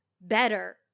better